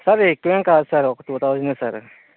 sir ఎక్కువ ఏమీ కాదు సార్ ఒక టూ థౌసేండ్ ఏ సార్